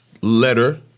letter